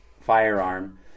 firearm